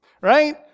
right